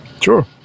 Sure